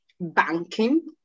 banking